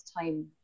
time